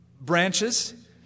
branches